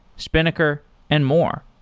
spinnaker and more.